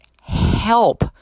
help